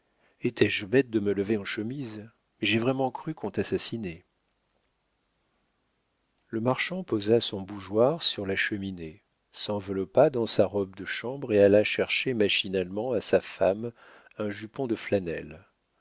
étais-je bête de me lever en chemise mais j'ai vraiment cru qu'on t'assassinait le marchand posa son bougeoir sur la cheminée s'enveloppa dans sa robe de chambre et alla chercher machinalement à sa femme un jupon de flanelle